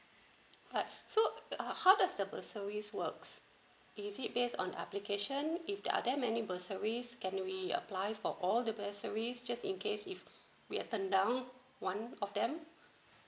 but so how how does the bursaries works is it based on application if there are there many bursaries can we apply for all the bursaries just in case if we are turn down one of them